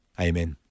amen